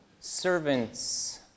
Servants